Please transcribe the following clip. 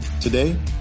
Today